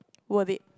worth it